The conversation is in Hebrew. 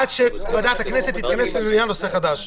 עד שוועדת הכנסת תתכנס לדון בעניין הטענה לנושא חדש.